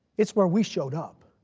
it's where we showed up.